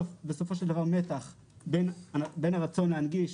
בסופו של דבר יש כאן מתח בין הרצון להנגיש